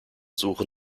suche